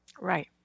Right